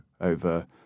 over